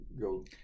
go